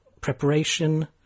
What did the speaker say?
preparation